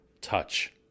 touch